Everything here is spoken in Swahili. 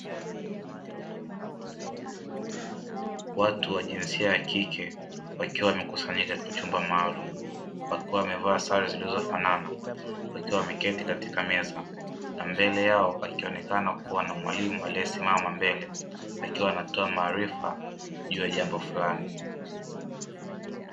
Watu wa jinsia ya kike wakiwa wamekusanyika katika chumba maalumu, wakiwa wamevaa sare zinazofanana wakiwa wameketi katika meza, na mbele yao akionekana kuwa na mwalimu aliyesimama mbele, akiwa anatoa maarifa juu ya jambo fulani.